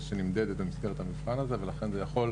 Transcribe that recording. שנמדדת במסגרת המבחן הזה ולכן זה יכול,